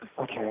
Okay